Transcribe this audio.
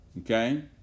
Okay